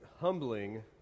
humbling